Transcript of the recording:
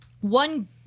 one